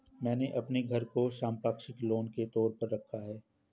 मैंने अपने घर को संपार्श्विक लोन के तौर पर रखा है